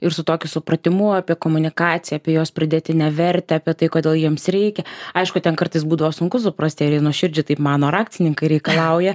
ir su tokiu supratimu apie komunikaciją apie jos pridėtinę vertę apie tai kodėl jiems reikia aišku ten kartais būdavo sunku suprasti ar jie nuoširdžiai taip mano akcininkai reikalauja